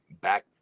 back